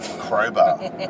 crowbar